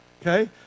Okay